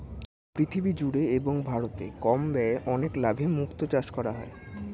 পৃথিবী জুড়ে এবং ভারতে কম ব্যয়ে অনেক লাভে মুক্তো চাষ করা হয়